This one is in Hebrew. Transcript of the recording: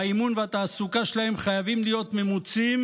והאימון והתעסוקה שלהם חייבים להיות ממוצים